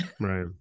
Right